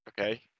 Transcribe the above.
Okay